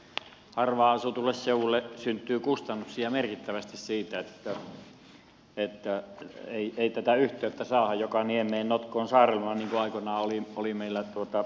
harvaan asutulle seudulle syntyy kustannuksia merkittävästi siitä että ei tätä yhteyttä saada joka niemeen notkoon saarelmaan niin kuin aikoinaan oli meillä semmoinen slogan